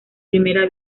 primera